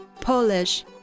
Polish